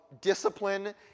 discipline